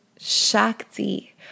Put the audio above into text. Shakti